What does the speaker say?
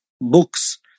books